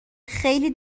خیلی